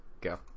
go